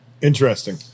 Interesting